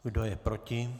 Kdo je proti?